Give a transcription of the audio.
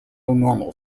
normal